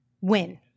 win